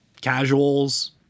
casuals